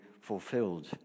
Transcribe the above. fulfilled